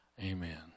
Amen